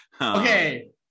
Okay